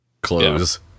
clothes